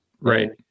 Right